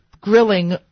grilling